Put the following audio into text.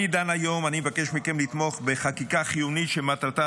אני דן היום ומבקש מכם לתמוך בחקיקה חיונית שמטרתה